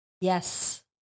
Yes